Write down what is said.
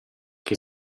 che